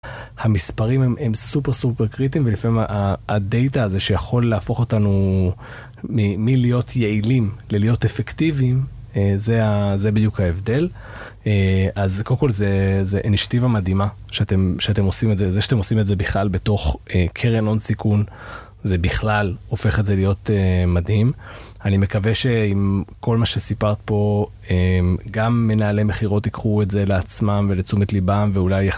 המספרים הם סופר סופר קריטיים ולפעמים ה-data הזה שיכול להפוך אותנו מלהיות יעילים ללהיות אפקטיביים זה בדיוק ההבדל. אז קודם כל זה initiative מדהימה שאתם עושים את זה וזה שאתם עושים את זה בכלל בתוך קרן הון סיכון זה בכלל הופך את זה להיות מדהים. אני מקווה שכל מה שסיפרת פה גם מנהלי מכירות יקחו את זה לעצמם ולצומת ליבם ואולי